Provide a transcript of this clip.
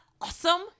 awesome